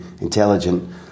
intelligent